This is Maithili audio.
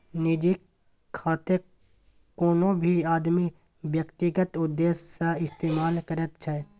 निजी खातेकेँ कोनो भी आदमी व्यक्तिगत उद्देश्य सँ इस्तेमाल करैत छै